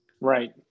Right